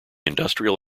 industrial